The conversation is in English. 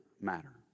matter